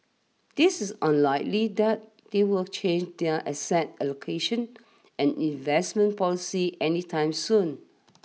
this is unlikely that they will change their asset allocation and investment policy any time soon